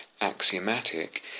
axiomatic